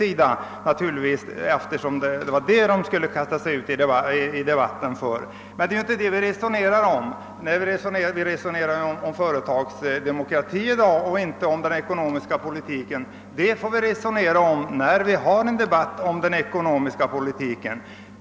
Jag har inte påstått att de inte skulle få göra det, men det är inte den frågan vi resonerar om. I dag diskuterar vi företagsdemokrati och inte den ekonomiska politiken. Den får vi ta upp när vi har en debatt i det ämnet.